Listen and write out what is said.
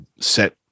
set